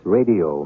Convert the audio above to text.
Radio